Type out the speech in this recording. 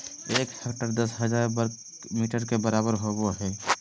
एक हेक्टेयर दस हजार वर्ग मीटर के बराबर होबो हइ